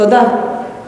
תודה.